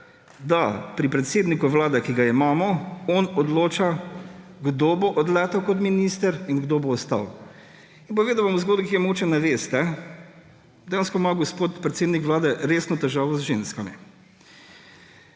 da pri predsedniku Vlade, ki ga imamo, on odloča, kdo bo odletel kot minister in kdo bo ostal. In povedal bom zgodbo, ki je mogoče ne veste. Dejansko ima gospod predsednik Vlade resno težavo z ženskami.